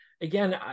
Again